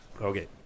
Okay